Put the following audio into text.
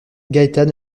gaétane